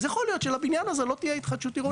אז יכול להיות שלבניין הזה לא תהיה התחדשות עירונית.